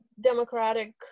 democratic